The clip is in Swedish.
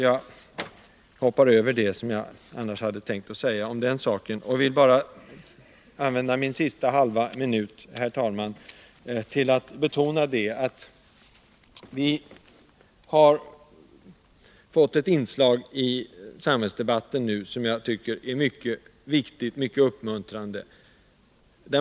Jag hoppar därför över det som jag hade tänkt säga i den frågan. Vi har fått ett inslag i samhällsdebatten som jag tycker är mycket viktigt och uppmuntrande.